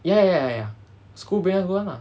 ya ya ya school bring us go [one] ah